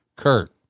Kurt